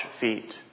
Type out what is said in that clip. feet